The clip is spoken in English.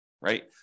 right